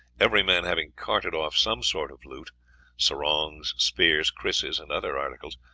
every man having carted off some sort of loot sarongs, spears, krises, and other articles,